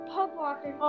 Pugwalker